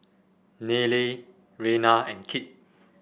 Nayely Reyna and Kit